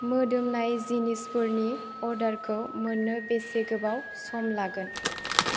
मोदोमनाय जिनिसफोरनि अर्डारखौ मोननो बेसे गोबाव सम लागोन